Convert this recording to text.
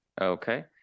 Okay